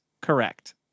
correct